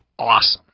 awesome!